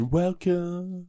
welcome